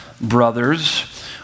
brothers